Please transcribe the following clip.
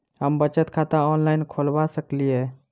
हम बचत खाता ऑनलाइन खोलबा सकलिये?